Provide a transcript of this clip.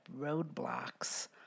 roadblocks